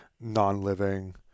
non-living